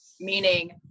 meaning